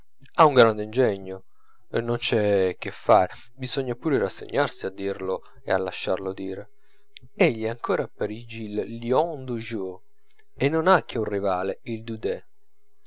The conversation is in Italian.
ha un grande ingegno non c'è che fare bisogna pure rassegnarsi a dirlo e a lasciarlo dire egli è ancora a parigi il lion du jour e non ha che un rivale il daudet